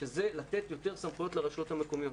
שזה לתת יותר סמכויות לרשויות המקומיות,